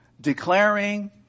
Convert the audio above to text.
declaring